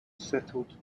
settled